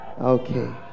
okay